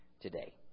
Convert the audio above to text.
today